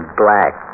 black